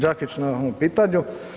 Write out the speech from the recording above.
Đakić na ovom pitanju.